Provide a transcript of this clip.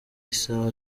isaha